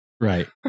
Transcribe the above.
Right